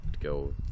go